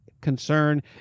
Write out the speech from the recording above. concern